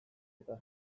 eta